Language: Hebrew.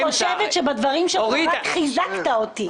בדברים שלך רק חיזקת אותי.